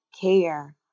care